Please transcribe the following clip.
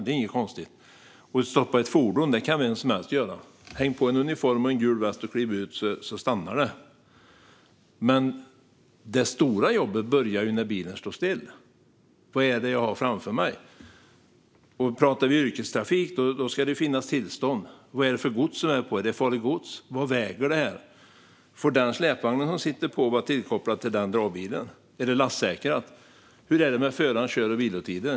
Det är inget konstigt. Stoppa ett fordon kan vem som helst göra. Häng på en uniform och en gul väst och kliv ut, så stannar det! Men det stora jobbet börjar ju när bilen står still. Vad är det jag har framför mig? Är det yrkestrafik ska det finnas tillstånd. Vad är det för gods? Är det farligt gods? Vad väger det? Får den släpvagn som sitter på vara tillkopplad till den dragbilen? Är det lastsäkrat? Hur är det med förarens kör och vilotider?